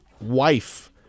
wife